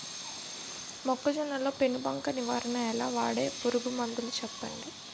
మొక్కజొన్న లో పెను బంక నివారణ ఎలా? వాడే పురుగు మందులు చెప్పండి?